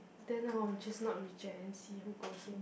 then I will just not reject and see who goes in